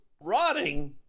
rotting